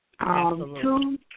Two